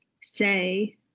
say